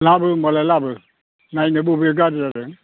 लाबो होनबालाय लाबो नायनि बबे गाज्रि जादों